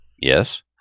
Yes